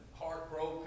heartbroken